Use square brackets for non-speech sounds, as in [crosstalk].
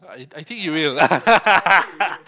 I I think you will [laughs]